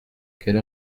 quelle